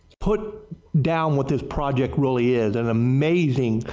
put down what this project really is. and amazing,